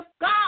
God